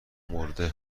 مرده